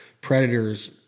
predators